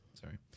sorry